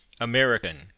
American